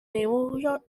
naval